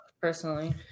Personally